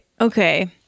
Okay